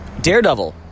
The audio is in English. Daredevil